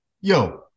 yo